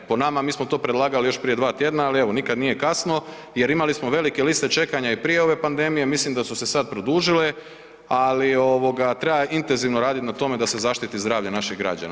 Po nama, mi smo to predlagali još prije dva tjedna, ali evo, nikad nije kasno jer imali smo velike liste čekanja i prije ove pandemije, mislim da su se sad produžile, ali treba intenzivno raditi na tome da se zaštiti zdravlje naših građana.